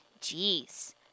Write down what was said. Jeez